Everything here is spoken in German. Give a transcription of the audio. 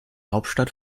hauptstadt